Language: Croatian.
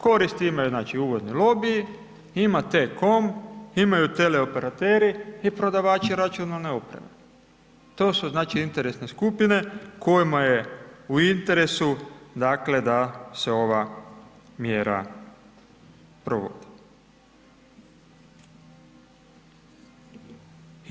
Koristi imaju, znači, uvozni lobiji, ima T-com, imaju teleoperateri i prodavači računalne opreme, to su, znači, interesne skupine kojima je u interesu, dakle, da se ova mjera provodi.